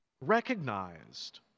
recognized